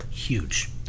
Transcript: huge